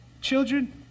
Children